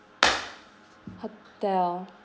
hotel